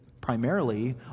primarily